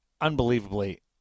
unbelievably